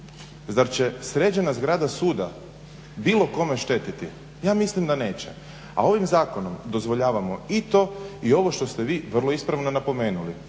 Zar će sređena zgrada suda bilo kome štetiti? Ja mislim da neće. A ovim zakonom dozvoljavamo i to, i što ste vi vrlo ispravno napomenuli